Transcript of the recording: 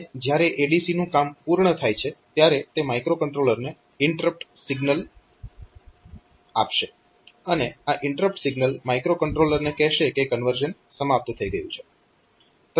અને જ્યારે ADC નું કામ પૂર્ણ થાય છે ત્યારે તે માઇક્રોકન્ટ્રોલરને INTR સિગ્નલ આપશે અને આ ઇન્ટરપ્ટ સિગ્નલ માઇક્રોકન્ટ્રોલરને કહેશે કે કન્વર્ઝન સમાપ્ત થઈ ગયું છે